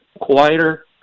quieter